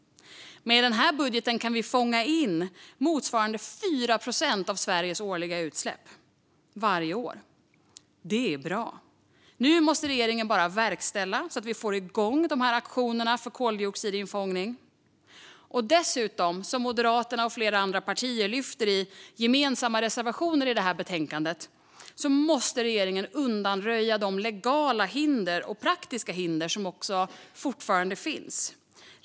Med den här budgeten kan vi fånga in motsvarande 4 procent av Sveriges årliga utsläpp varje år. Det är bra. Nu måste regeringen bara verkställa detta så att vi får igång auktionerna för koldioxinfångning. Regeringen måste också, som Moderaterna och flera andra partier lyfter fram i gemensamma reservationer i det här betänkandet, undanröja de legala och praktiska hinder som fortfarande finns.